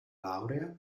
laurea